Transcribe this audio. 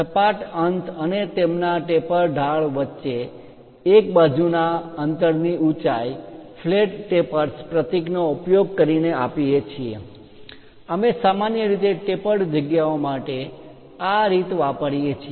સપાટ અંત અને તેમના ટેપર ઢાળ વચ્ચે એક બાજુના અંતરની ઊંચાઈ ફ્લેટ ટેપર્સ પ્રતીકનો ઉપયોગ કરીને આપીએ છીએ અમે સામાન્ય રીતે ટેપર્ડ જગ્યાઓ માટે આ રીત વાપરીએ છીએ